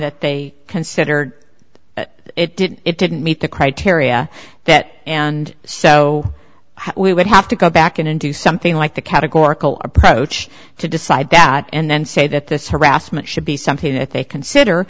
that they considered but it didn't it didn't meet the criteria that and so we would have to go back in and do something like the categorical approach to decide that and then say that this harassment should be something that they consider